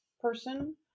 person